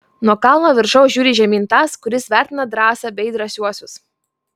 nuo kalno viršaus žiūri žemyn tas kuris vertina drąsą bei drąsiuosius